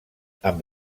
amb